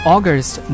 August